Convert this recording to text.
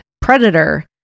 Predator